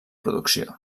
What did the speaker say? producció